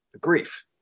grief